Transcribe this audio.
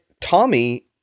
Tommy